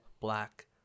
black